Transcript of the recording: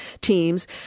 teams